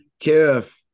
Kev